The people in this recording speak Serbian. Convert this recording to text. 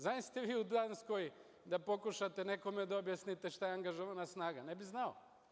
Zaista, vi u Danskoj da pokušate nekome da objasnite šta je angažovana snaga, ne bi znao.